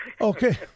Okay